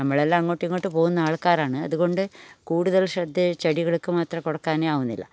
നമ്മളെല്ലാം അങ്ങോട്ടും ഇങ്ങോട്ടും പോകുന്ന ആൾക്കാരാണ് അതുകൊണ്ട് കൂടുതൽ ശ്രദ്ധ ചെടികൾക്ക് മാത്രം കൊടുക്കാൻ ആവുന്നില്ല